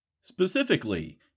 Specifically